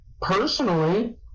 personally